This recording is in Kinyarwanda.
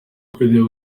nkunda